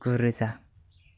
गुरोजा